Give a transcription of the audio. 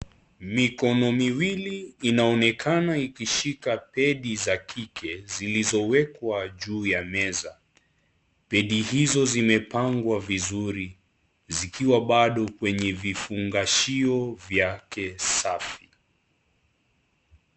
Mikono miwili inaonekana ikishika Pedi za kike, zilizowekwa juu ya meza. Pedi hizo zimepangwa vizuri, zikiwa bado kwenye vifungashio vyake safi.